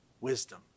wisdom